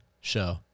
show